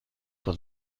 for